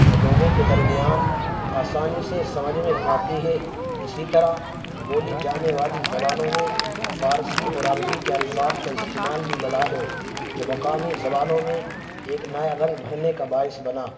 جو لوگوں کے درمیان آسانی سے سمجھ میں آتی ہے اسی طرح بولی جانے والی زبانوں میں فارسی اور عربی کے الفاظ کا استعمال بھی بڑھا ہے جو مقامی زبانوں میں ایک نیا رنگ بھرنے کا باعث بنا